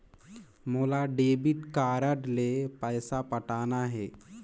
मोला debit card ले पइसा पटाना हे?